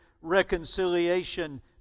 reconciliation